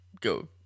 go